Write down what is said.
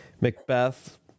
Macbeth